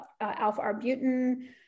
alpha-arbutin